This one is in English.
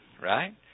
right